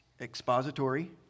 expository